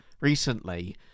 recently